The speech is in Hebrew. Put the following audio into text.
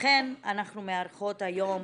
לכן אנחנו מארחות היום